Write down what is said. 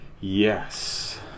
yes